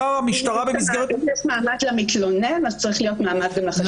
אם יש מעמד למתלונן, צריך להיות מעמד גם לחשוד.